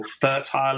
fertile